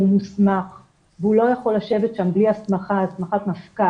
מוסמך והוא לא יכול לשבת שם בלי הסמכת מפכ"ל.